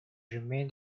remained